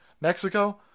Mexico